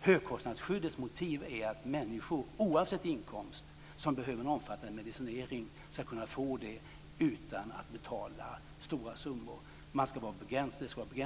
Högkostnadsskyddets motiv är att människor, oavsett inkomst, som behöver en omfattande medicinering skall kunna få det utan att betala stora summor. Det skall vara begränsade utgifter.